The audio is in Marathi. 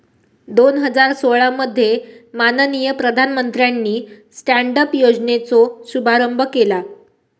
दोन हजार सोळा मध्ये माननीय प्रधानमंत्र्यानी स्टॅन्ड अप योजनेचो शुभारंभ केला